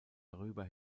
darüber